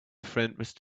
friend